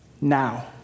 now